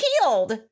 healed